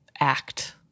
Act